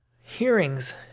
hearings